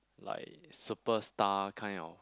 like superstar kind of